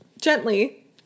gently